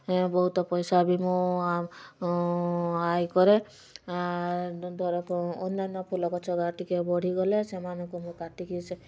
ବହୁତ ପଇସା ବି ମୁଁ ଆୟ କରେ ଧର ଅନ୍ୟାନ୍ୟ ଫୁଲ ଗଛ ଟିକେ ବଢ଼ି ଗଲେ ସେମାନଙ୍କୁ ମୁଁ କାଟି କି ସେ